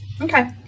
Okay